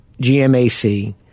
GMAC